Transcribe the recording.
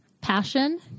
Passion